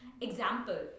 example